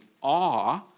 awe